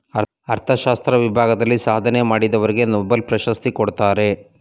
ಅರ್ಥಶಾಸ್ತ್ರ ವಿಭಾಗದಲ್ಲಿ ಸಾಧನೆ ಮಾಡಿದವರಿಗೆ ನೊಬೆಲ್ ಪ್ರಶಸ್ತಿ ಕೊಡ್ತಾರೆ